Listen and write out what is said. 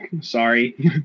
Sorry